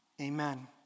Amen